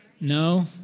No